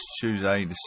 Tuesday